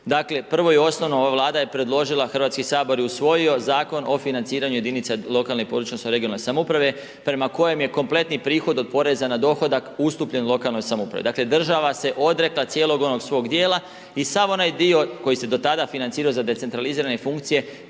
Dakle, prvo i osnovno ova Vlada je predložila, Hrvatski sabor je usvojio Zakon o financiranju jedinica lokalne i područne (regionalne) samouprave prema kojem je kompletni prihod od poreza na dohodak ustupljen lokalnoj samoupravi, dakle država se odrekla cijelog onog svog dijela i sav onaj dio koji se do tada financirao za decentralizirane funkcije